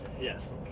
Yes